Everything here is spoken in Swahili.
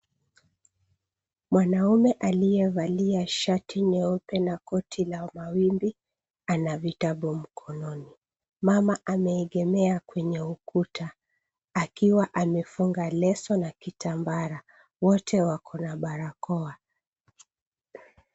Mwanaume aliyevalia shati nyeupe na koti la mawimbi ana vitabu mkononi. Mama ameegemea kwenye ukuta akiwa amefunga leso na kitambara. Wote wakona barakoa.